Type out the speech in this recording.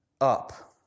up